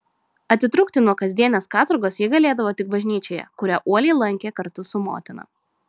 atitrūkti nuo kasdienės katorgos ji galėdavo tik bažnyčioje kurią uoliai lankė kartu su motina